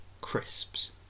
Crisps